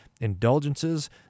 indulgences